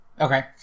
okay